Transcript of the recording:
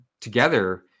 together